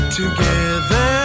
together